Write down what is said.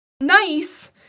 nice